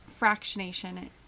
fractionation